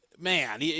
Man